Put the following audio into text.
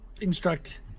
instruct